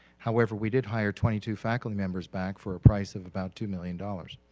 however, we did hire twenty two faculty members back for a price of about two million dollars.